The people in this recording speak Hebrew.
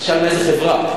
תשאל איזו חברה.